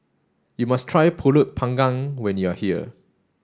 you must try Pulut panggang when you are here